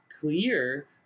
clear